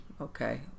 okay